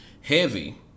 heavy